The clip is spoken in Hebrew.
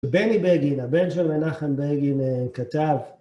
בני בגין, הבן של מנחם בגין, כתב